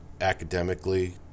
academically